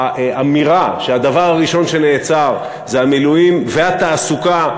האמירה שהדבר הראשון שנעצר זה המילואים והתעסוקה,